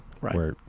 Right